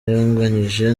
yanganyije